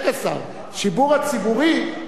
השידור הציבורי,